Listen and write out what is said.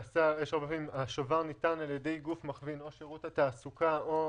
השובר ניתן על ידי גוף מכווין משירות התעסוקה או